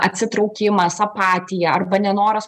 atsitraukimas apatija arba nenoras